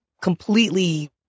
completely